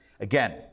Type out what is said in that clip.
Again